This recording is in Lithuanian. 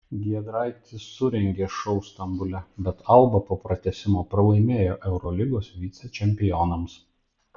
giedraitis surengė šou stambule bet alba po pratęsimo pralaimėjo eurolygos vicečempionams